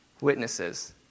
witnesses